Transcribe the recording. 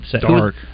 Dark